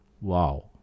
Wow